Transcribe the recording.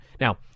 Now